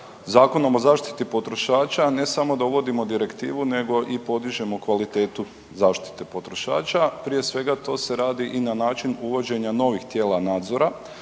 Zakonom o zaštiti potrošača ne samo da uvodimo direktivu nego i podižemo kvalitetu zaštite potrošača, prije svega to se radi i na način uvođenja novih tijela nadzora.